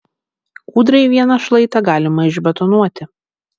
kūdrai vieną šlaitą galima išbetonuoti